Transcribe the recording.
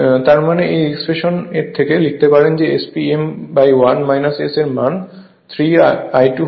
তার মানেএই এক্সপ্রেশন থেকে লিখতে পারেন যে SP m1 S এর মান 3 I 2 হবে